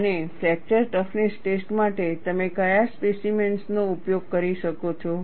અને fracture toughness test માટે તમે કયા સ્પેસિમેન્સ નો ઉપયોગ કરી શકો છો